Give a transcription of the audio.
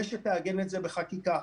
ושתעגן את זה בחקיקה.